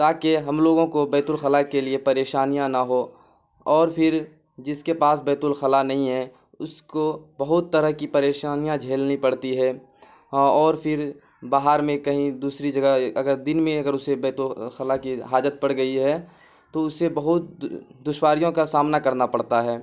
تاکہ ہم لوگوں کو بیت الخلاء کے لیے پریشانیاں نہ ہوں اور پھر جس کے پاس بیت الخلاء نہیں ہے اس کو بہت طرح کی پریشانیاں جھیلنی پڑتی ہیں ہاں اور پھر باہر میں کہیں دوسری جگہ اگر دن میں اگر اسے بیت الخلاء کی حاجت پڑ گئی ہے تو اسے بہت دشواریوں کا سامنا کرنا پڑتا ہے